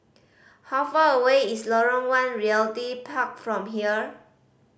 how far away is Lorong One Realty Park from here